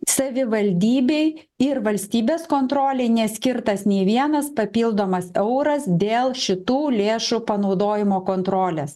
savivaldybei ir valstybės kontrolei neskirtas nei vienas papildomas euras dėl šitų lėšų panaudojimo kontrolės